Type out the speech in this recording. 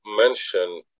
mention